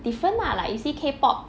different lah like you see K pop